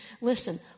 listen